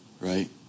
right